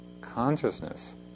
consciousness